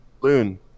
Loon